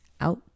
out